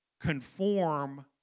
conform